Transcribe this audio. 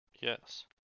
Yes